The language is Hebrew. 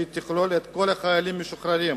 שהיא תכלול את כל החיילים המשוחררים,